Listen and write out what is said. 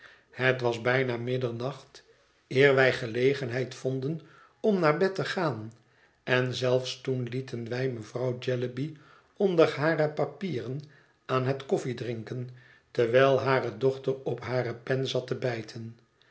het was bijna middernacht eer wij gelegenheid vonden om naar bed te gaan en zelfs toen lieten wij mevrouw jellyby onder hare papieren aan het koffiedrinken terwijl hare dochter op hare pen zat te bijten